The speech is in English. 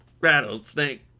rattlesnake